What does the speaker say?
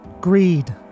greed